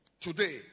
Today